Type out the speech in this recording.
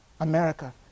America